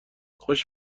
خوش